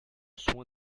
soin